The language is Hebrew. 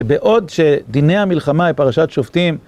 בעוד שדיני המלחמה היא פרשת שופטים...